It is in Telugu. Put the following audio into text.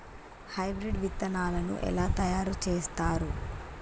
హైబ్రిడ్ విత్తనాలను ఎలా తయారు చేస్తారు?